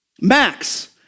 Max